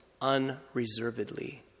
unreservedly